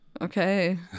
okay